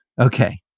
Okay